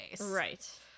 Right